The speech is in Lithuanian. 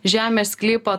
žemės sklypą